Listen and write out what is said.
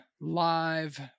live